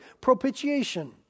propitiation